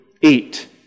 eat